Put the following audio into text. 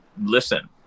listen